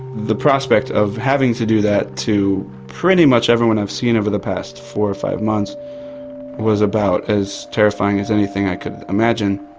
the prospect of having to do that to pretty much everyone i've seen over the past four or five months was about as terrifying as anything i could imagine.